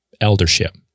eldership